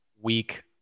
week